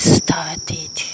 started